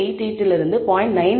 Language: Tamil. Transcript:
88 இலிருந்து 0